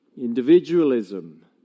individualism